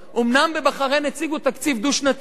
אומנם בבחריין הציגו תקציב דו-שנתי,